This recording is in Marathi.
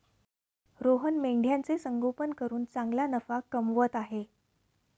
रोहन मेंढ्यांचे संगोपन करून चांगला नफा कमवत आहे